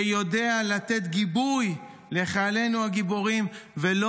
שיודע לתת גיבוי לחיילינו הגיבורים ולא